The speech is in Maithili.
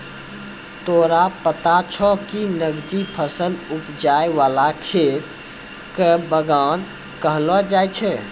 तोरा पता छौं कि नकदी फसल उपजाय वाला खेत कॅ बागान कहलो जाय छै